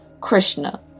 Krishna